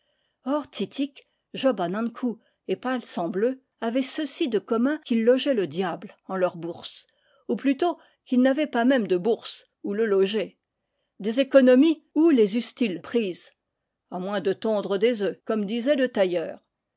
job an ankou et palsambleu avaient ceci de com mun qu'ils logeaient le diable en leur bourse ou plutôt qu'ils n'avaient pas même de bourse où le loger des écono mies où les eussent-ils prises a moins de tondre des œufs comme disait le tailleur